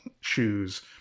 shoes